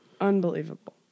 Unbelievable